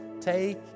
take